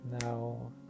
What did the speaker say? now